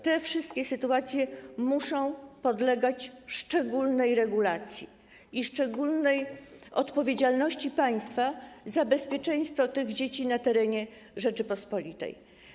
Te wszystkie sytuacje muszą podlegać szczególnej regulacji i szczególnej odpowiedzialności państwa za bezpieczeństwo tych dzieci na terenie Rzeczypospolitej.